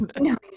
No